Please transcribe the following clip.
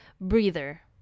breather